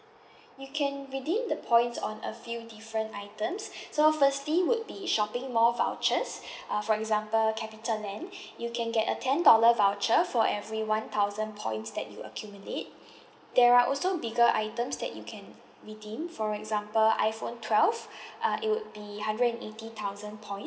you can redeem the points on a few different items so firstly would be shopping mall vouchers uh for example capitaland you can get a ten dollar voucher for every one thousand points that you accumulate there are also bigger items that you can redeem for example iphone twelve uh it would be hundred and eighty thousand points